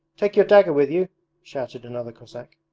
take your dagger with you shouted another cossack.